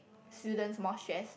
students more stress